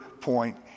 point